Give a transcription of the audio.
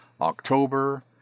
October